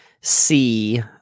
see